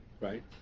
right